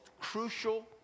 crucial